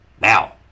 Now